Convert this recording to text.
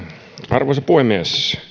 arvoisa puhemies